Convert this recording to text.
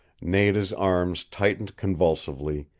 nada's arms tightened convulsively,